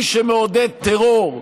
מי שמעודד טרור,